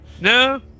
No